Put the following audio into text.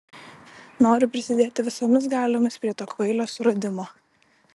noriu prisidėti visomis galiomis prie to kvailio suradimo